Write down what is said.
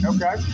Okay